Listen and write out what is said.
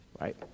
right